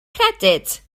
credyd